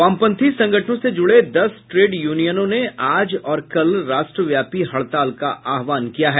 वाम पंथी संगठनों से जुड़े दस ट्रेड यूनियनों ने आज और कल राष्ट्रव्यापी हड़ताल का आह्वान किया है